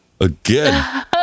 again